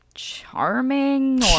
charming